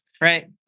Right